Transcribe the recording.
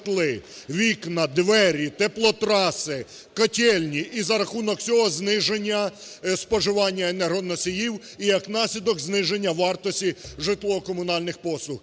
вікна, двері, теплотраси, котельні, і за рахунок цього - зниження споживання енергоносіїв і, як наслідок, зниження вартості житлово-комунальних послуг.